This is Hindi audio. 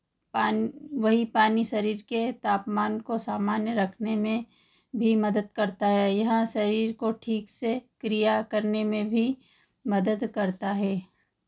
पानी वही पानी शरीर के तापमान को सामान्य रखने में भी मदद करता है यह शरीर को ठीक से क्रिया करने में भी मदद करता है